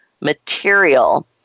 material